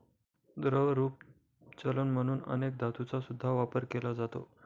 द्रवरूप चलन म्हणून अनेक धातूंचा सुद्धा वापर केला जातो